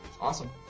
Awesome